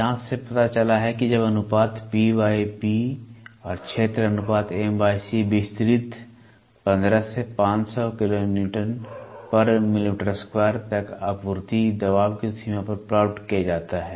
जांच से पता चला है कि जब अनुपात ह और क्षेत्र अनुपात विस्तृत15 से 500kN m2 तक आपूर्ति दबाव की सीमा पर प्लॉट किया जाता है